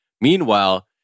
Meanwhile